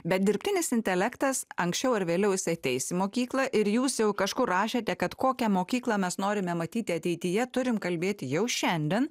bet dirbtinis intelektas anksčiau ar vėliau jisai ateis į mokyklą ir jūs jau kažkur rašėte kad kokią mokyklą mes norime matyti ateityje turim kalbėti jau šiandien